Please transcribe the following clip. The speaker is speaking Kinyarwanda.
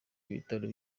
ibitaro